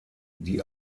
die